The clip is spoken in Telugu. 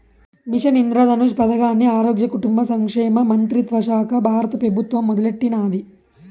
మిషన్ ఇంద్రధనుష్ పదకాన్ని ఆరోగ్య, కుటుంబ సంక్షేమ మంత్రిత్వశాక బారత పెబుత్వం మొదలెట్టినాది